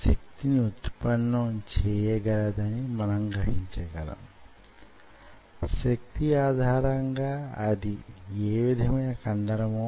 skeletal muscle ఉత్పత్తి చేసే శక్తి ని కొలుద్దామని అనుకున్నాము